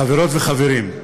חברות וחברים,